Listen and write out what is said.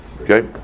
Okay